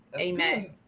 amen